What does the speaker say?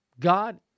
God